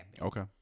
Okay